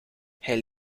hij